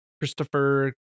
christopher